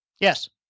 Yes